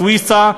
סוויסה,